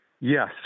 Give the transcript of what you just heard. Yes